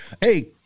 Hey